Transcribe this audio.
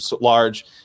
large